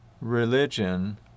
religion